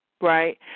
right